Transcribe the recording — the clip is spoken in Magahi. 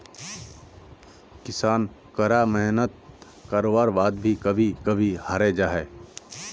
किसान करा मेहनात कारवार बाद भी कभी कभी हारे जाहा